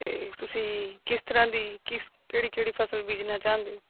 ਤੇ ਤੁਸੀਂ ਕਿਸ ਤਰ੍ਹਾਂ ਦੀ ਕਿਸ ਕਿਹੜੀ ਕਿਹੜੀ ਫ਼ਸਲ ਬੀਜਣੀ ਚਾਹੰਦੇ ਹੋ